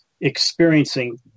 experiencing